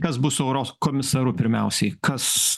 kas bus eurokomisaru pirmiausiai kas